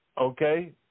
Okay